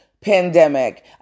pandemic